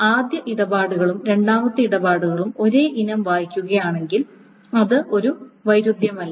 ആദ്യ ഇടപാടുകളും രണ്ടാമത്തെ ഇടപാടുകളും ഒരേ ഇനം വായിക്കുകയാണെങ്കിൽ അത് ഒരു വൈരുദ്ധ്യമല്ല